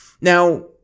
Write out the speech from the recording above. Now